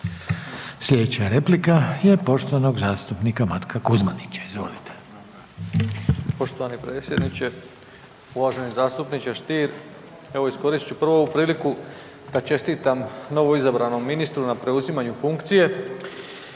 Slijedeća je replika je poštovanog zastupnika Matka Kuzmanića. Izvolite. **Kuzmanić, Matko (SDP)** Poštovani potpredsjedniče, uvaženi zastupniče Stier evo iskoristit ću prvo ovu priliku da čestitam novoizabranom ministru na preuzimanju funkcije